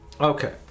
Okay